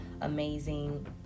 amazing